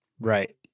Right